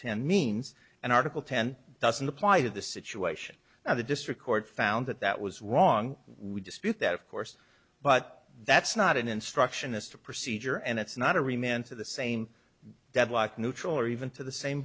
ten means an article ten doesn't apply to the situation of the district court found that that was wrong we dispute that of course but that's not an instruction as to procedure and it's not every man to the same deadlock neutral or even to the same